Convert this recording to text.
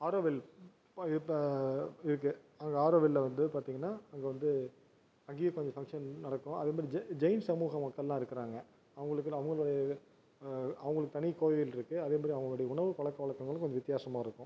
ஆரோவில் இப்போ இருக்குது அங்கே ஆரோவிலில் வந்து பார்த்தீங்கனா அங்கே வந்து அங்கேயும் கொஞ்சம் ஃபங்க்ஷன் நடக்கும் அதேமாதிரி ஜெய்ன் ஜெய்ன் சமுக மக்களெலாம் இருக்கிறாங்க அவங்களுக்குன்னு அவங்க அவங்களுக்கு தனி கோவில் இருக்குது அதேமாதிரி அவங்களோடய உணவு பழக்க வழக்கங்கள் கொஞ்சம் வித்தியாசமா இருக்கும்